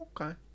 Okay